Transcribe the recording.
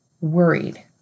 worried